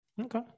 Okay